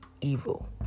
evil